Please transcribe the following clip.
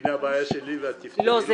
הנה הבעיה שלי ותפתרי אותה?